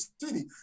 City